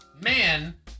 man